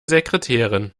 sekretärin